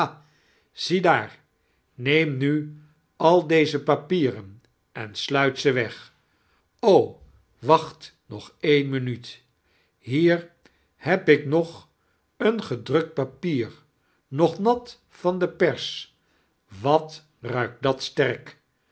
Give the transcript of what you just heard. ha ziedaar neem nu al deze papieren en sluit ze weg o wacht nog een minuut haer heb ik nog een gedrukt papier nog nat van de pers wat ruikt dat sterk